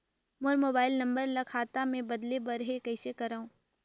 मोर mobile number ल खाता मे बदले बर हे कइसे करव?